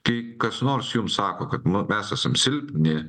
kai kas nors jums sako kad nu mes esam silpni